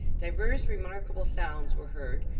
divers remarkable sounds were heard,